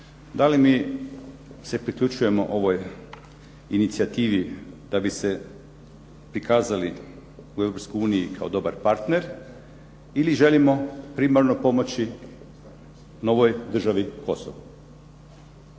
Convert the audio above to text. Da li mi se priključujemo ovoj inicijativi da bi se prikazali u Europskoj uniji kao dobar partner ili želimo primarno pomoći novoj državi Kosovo?